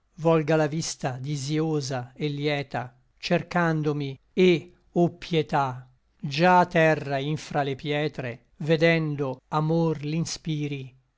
volga la vista disïosa et lieta cercandomi et o pieta già terra in fra le pietre vedendo amor l'inspiri